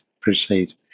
proceed